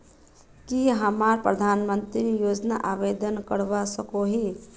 की हमरा प्रधानमंत्री योजना आवेदन करवा सकोही?